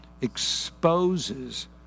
exposes